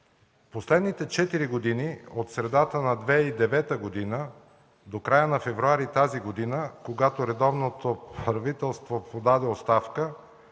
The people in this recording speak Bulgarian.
Последните четири години – от средата на 2009 г. до края на февруари тази година, когато редовното правителство подаде оставка,